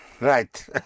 Right